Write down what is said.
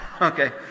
okay